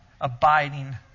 abiding